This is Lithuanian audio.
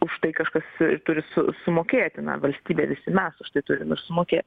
užtai kažkas turi su sumokėti na valstybė visi mes už tai turim ir sumokėt